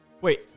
Wait